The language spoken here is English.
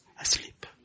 asleep